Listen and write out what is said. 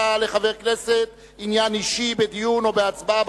היה לחבר כנסת עניין אישי בדיון או בהצבעה,